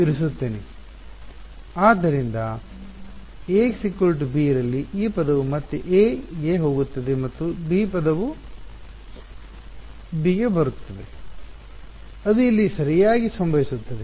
ಆದ್ದರಿಂದ Ax b ರಲ್ಲಿ ಈ ಪದವು ಮತ್ತೆ A ಗೆ ಹೋಗುತ್ತದೆ ಮತ್ತು ಈ ಪದವು b ಗೆ ಹೋಗುತ್ತದೆ ಅದು ಇಲ್ಲಿ ಸರಿಯಾಗಿ ಸಂಭವಿಸುತ್ತದೆ